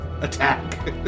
attack